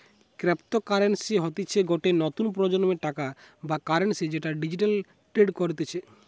cryptocurrency হতিছে গটে নতুন প্রজন্মের টাকা বা কারেন্সি যেটা ডিজিটালি ট্রেড করতিছে